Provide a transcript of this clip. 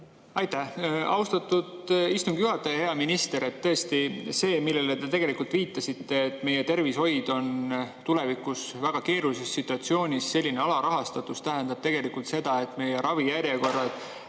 Aitäh, austatud istungi juhataja! Hea minister! Tõesti, see, millele te viitasite, et meie tervishoid on tulevikus väga keerulises situatsioonis, selline alarahastatus tähendab tegelikult seda, et meie ravijärjekorrad